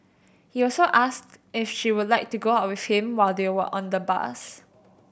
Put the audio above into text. he also asked if she would like to go out with him while they were on the bus